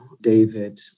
David